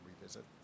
revisit